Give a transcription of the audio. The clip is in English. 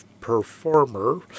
performer